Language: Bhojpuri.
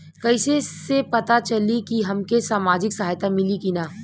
कइसे से पता चली की हमके सामाजिक सहायता मिली की ना?